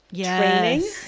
training